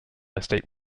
estate